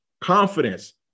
confidence